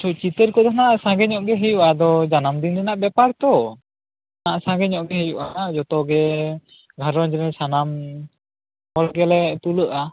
ᱪᱤᱛᱟ ᱨ ᱠᱚᱫᱚ ᱱᱷᱟᱜ ᱥᱚᱝᱜᱮ ᱧᱚᱜ ᱜᱮ ᱦᱩᱭᱩᱜᱼᱟ ᱟᱫᱚ ᱡᱟᱱᱟᱢ ᱫᱤᱱ ᱨᱮᱱᱟᱜ ᱵᱮᱯᱟᱨ ᱛᱚ ᱥᱟᱝᱜᱮ ᱧᱚᱜ ᱜᱮ ᱦᱩᱭᱩᱜᱼᱟ ᱡᱚᱛᱚᱜᱮ ᱜᱷᱟᱨᱚᱸᱡᱽ ᱨᱤᱱ ᱥᱟᱱᱟᱢ ᱦᱚᱲ ᱜᱮᱞᱮ ᱛᱩᱞᱟ ᱜᱼᱟ